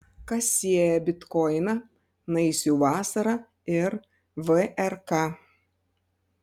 kas sieja bitkoiną naisių vasarą ir vrk